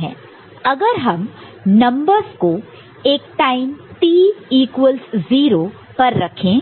तो अगर हम नंबरस को एक टाइम t0 पर रखें